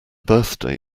birthday